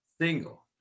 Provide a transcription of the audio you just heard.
single